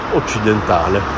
occidentale